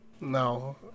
No